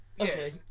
Okay